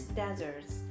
deserts